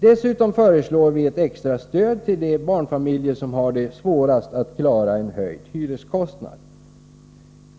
Dessutom föreslår vi ett extra stöd till de barnfamiljer som har det svårast att klara en höjd hyreskostnad.